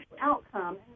outcome